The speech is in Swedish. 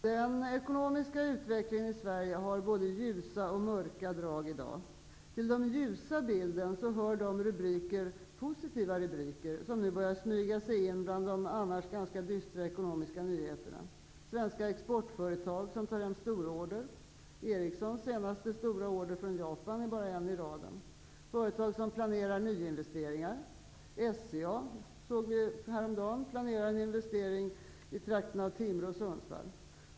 Herr talman! Den ekonomiska utvecklingen i Sverige har i dag både ljusa och mörka drag. Till den ljusa bilden hör de positiva rubriker som nu börjar smyga sig in bland de annars ganska dystra ekonomiska nyheterna. Svenska exportföretag som tar hem stororder. Ericssons senaste stororder från Japan är bara en i raden. Företag som planerar nyinvesteringar. Vi såg häromdagen att SCA planerar en investering i trakten av Timrå och Sundsvall.